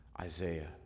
Isaiah